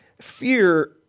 Fear